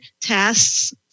tests